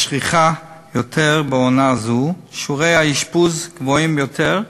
השכיחה יותר בעונה זו, שיעורי האשפוז גבוהים יותר,